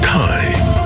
time